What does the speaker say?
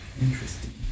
Interesting